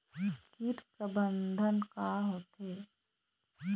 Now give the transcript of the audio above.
कीट प्रबंधन का होथे?